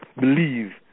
believe